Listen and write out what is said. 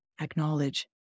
acknowledge